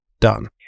done